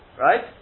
Right